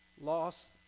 loss